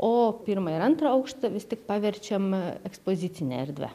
o pirmą ir antrą aukštą vis tik paverčiam ekspozicine erdve